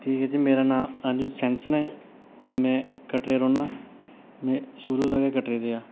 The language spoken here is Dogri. ठीक ऐ जी मेरा नांऽ अनिल सैनसन ऐ ते में कटरे रौंह्ना में शुरू दा गै कटरे रेआ